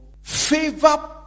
Favor